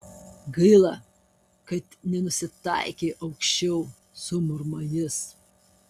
gaila kad nenusitaikei aukščiau sumurma jis